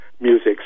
Music